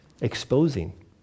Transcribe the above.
exposing